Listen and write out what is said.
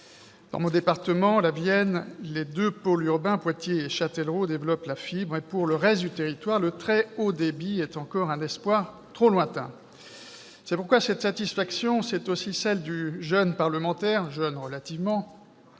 Dans mon département de la Vienne, les deux pôles urbains, Poitiers et Châtellerault, développent la fibre, mais pour le reste du territoire, le très haut débit est encore un espoir trop lointain. C'est pourquoi cette satisfaction, c'est aussi celle du jeune parlementaire- tout est relatif